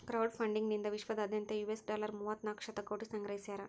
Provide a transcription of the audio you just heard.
crowd funding ನಿಂದಾ ವಿಶ್ವದಾದ್ಯಂತ್ US dollar ಮೂವತ್ತನಾಕ ಶತಕೋಟಿ ಸಂಗ್ರಹಿಸ್ಯಾರ